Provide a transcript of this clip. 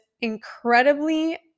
incredibly